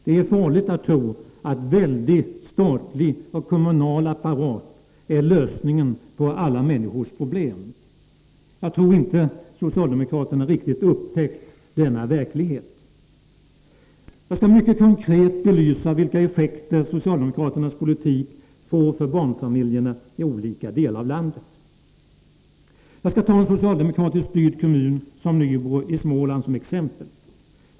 Det är farligt att tro att en enorm statlig och kommunal apparat är lösningen på alla människors problem. Jag tror inte att socialdemokraterna riktigt har upptäckt denna verklighet. Jag skall mycket konkret-belysa vilka effekter socialdemokraternas politik får för barnfamiljerna i olika delar av landet. Låt mig ta en socialdemokratiskt styrd kommun som Nybro som exempel.